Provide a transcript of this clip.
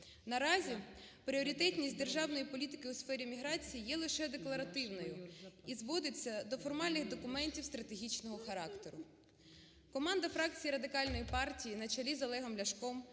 Наразі, пріоритетність державної політики у сфері міграції є лише декларативною і зводиться до формальних документів стратегічного характеру. Команда фракції Радикальної партії на чолі з Олегом Ляшком